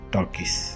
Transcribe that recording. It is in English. Talkies